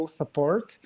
support